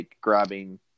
grabbing –